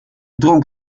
dronk